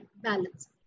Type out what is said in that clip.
balance